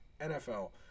nfl